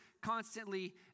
constantly